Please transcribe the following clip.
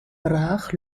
brach